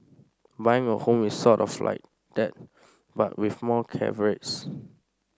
buying a home is sort of like that but with more caveats